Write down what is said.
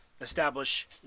establish